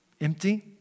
empty